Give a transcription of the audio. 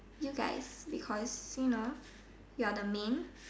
you guys because you know you're the main